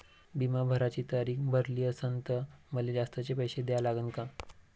बिमा भराची तारीख भरली असनं त मले जास्तचे पैसे द्या लागन का?